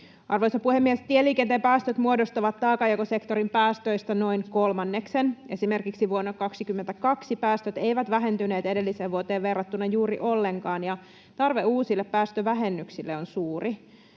Arvoisa puhemies! Tieliikenteen päästöt muodostavat taakanjakosektorin päästöistä noin kolmanneksen. Esimerkiksi vuonna 22 päästöt eivät vähentyneet edelliseen vuoteen verrattuna juuri ollenkaan, ja tarve uusille päästövähennyksille on suuri.